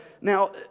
Now